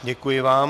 Děkuji vám.